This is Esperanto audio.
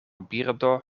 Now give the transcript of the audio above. birdo